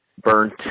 burnt